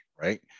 right